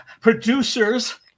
Producers